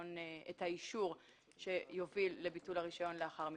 האישור שיוביל לביטול הרישיון לאחר מכן.